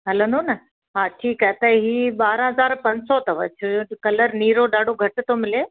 हलंदो न हा ठीकु आहे त हीअ ॿारहं हज़ार पंज सौ अथव छो जो कलर नीरो ॾाढो घटि थो मिले